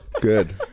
Good